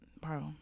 bro